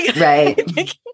Right